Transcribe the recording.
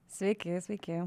sveiki sveiki